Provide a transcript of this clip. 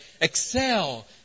Excel